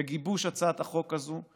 בגיבוש הצעת החוק הזו,